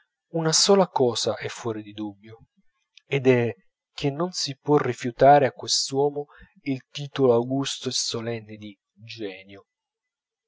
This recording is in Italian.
una sola cosa è fuor di dubbio ed è che non si può rifiutare a quest'uomo il titolo augusto e solenne di genio